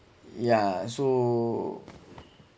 yeah so